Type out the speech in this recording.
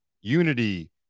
unity